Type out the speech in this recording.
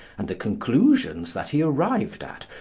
and the conclusions that he arrived at,